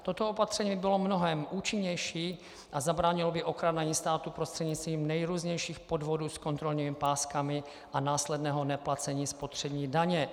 Toto opatření by bylo mnohem účinnější a zabránilo by okrádání státu prostřednictvím nejrůznějších podvodů s kontrolními páskami a následného neplacení spotřební daně.